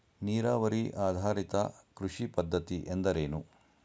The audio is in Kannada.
ನೀರಾವರಿ ಆಧಾರಿತ ಕೃಷಿ ಪದ್ಧತಿ ಎಂದರೇನು?